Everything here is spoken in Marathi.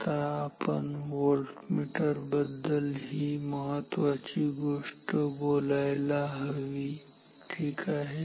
आता आपण व्होल्टमीटर बद्दल ही महत्वाची गोष्ट बोलायला हवी ठीक आहे